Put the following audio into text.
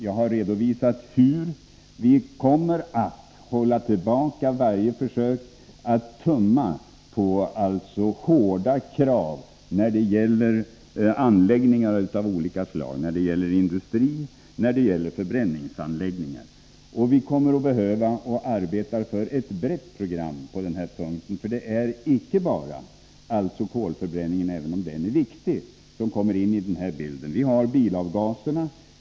Jag har redovisat hur vi kommer att hålla tillbaka varje försök att tumma på hårda krav när det gäller anläggningar av olika slag, såväl industrisom förbränningsanläggningar. Vi kommer att behöva — och arbetar för — ett brett program på den punkten. Det är icke bara kolförbränningen, även om den är viktig, som kommer in i den här bilden. Jag kant.ex. nämna bilavgaserna.